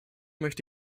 möchte